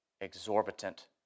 exorbitant